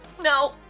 No